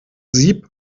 sieb